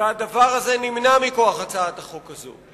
והדבר הזה נמנע מכוח הצעת החוק הזאת.